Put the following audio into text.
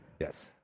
Yes